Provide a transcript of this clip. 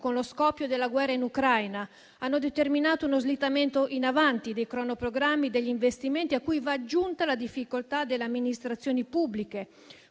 con lo scoppio della guerra in Ucraina. Essi hanno determinato uno slittamento in avanti dei cronoprogrammi e degli investimenti, a cui vanno aggiunte le difficoltà delle amministrazioni pubbliche,